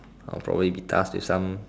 I will probably be tasked with some